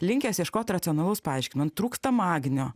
linkęs ieškot racionalaus paaiškinimo trūksta magnio